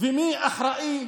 ומי אחראי?